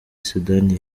sudani